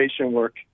work